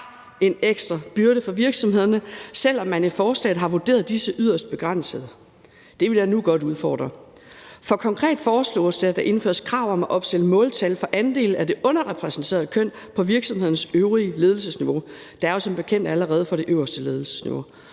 en ekstra byrde for virksomhederne, selv om man i forslaget har vurderet disse til at være yderst begrænsede. Det vil jeg nu godt udfordre. For konkret foreslås det, at der indføres krav om at opstille måltal for andelen af det underrepræsenterede køn på virksomhedens øvrige ledelsesniveauer – der er jo som bekendt allerede for det øverste ledelsesniveau